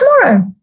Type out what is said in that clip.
tomorrow